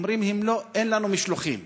אומרים: אין לנו משלוחים.